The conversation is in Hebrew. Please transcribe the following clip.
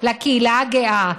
לקהילה הגאה,